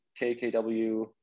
KKW